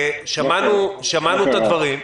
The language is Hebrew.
שמענו את הדברים.